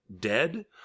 dead